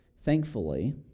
Thankfully